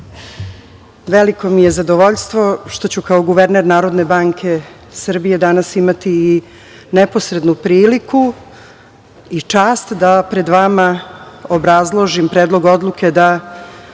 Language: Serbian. veliko mi je zadovoljstvo što ću kao guverner NBS danas imati i neposrednu priliku i čast da pred vama obrazložim Predlog odluke da